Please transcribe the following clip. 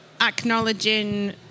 acknowledging